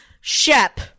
Shep